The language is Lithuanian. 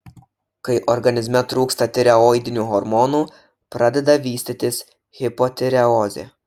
kai organizme trūksta tireoidinių hormonų pradeda vystytis hipotireozė